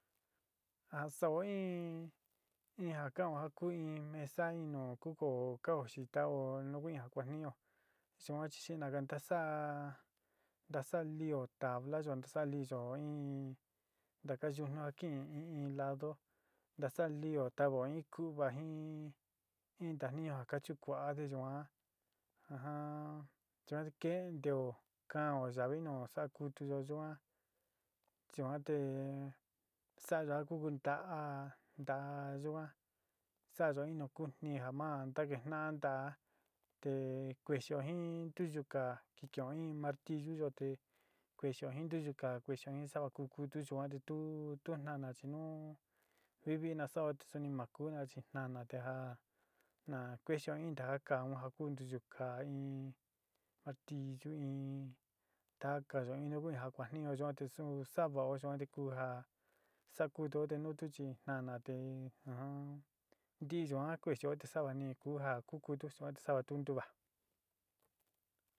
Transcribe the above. Ja sa'o in in ja kan'ó ja ku in mesa in nu kukoó ka'ó xita ó nu ku in kuatniñu yuan chi xinaga ntasaá ntasaá lío tablayo ntasa líyo in taka yutnu a kin in in lado ntasa liío tavo in kuva jin in tagni ja ka chiku'á te yuan yuan te keente'ó kan'o yavi nu sa'á kutuyo yuan yuan te saaya ku kunta'a nta yuan sayo in nu kutjni ja ma ntaketjna ntaá te kuexeo jin ntiyikaá ki kin'ó in martilluyo te kuexeo in ntiyiká kuexeo sava ku kutu yuan te tu tu gnaná chi nú ví vína sao te suni ma kúna chi naná te ja na kuexeo in ntaka kaá un te ja ku ntiyiká in martillu in takayo in nu kú ni ka kuajtnuyoyuan te ku sava'o yuan te ku ja sakutuó nu tu chi naná te ntí yuan kuaxío te sava ni ku ja ku kutu suan te sava tu ntuva.